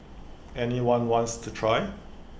any one wants to try